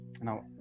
Now